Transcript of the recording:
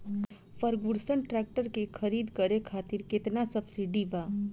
Ferguson tractor के खरीद करे खातिर केतना सब्सिडी बा?